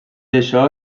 això